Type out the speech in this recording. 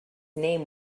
name